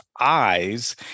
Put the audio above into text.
eyes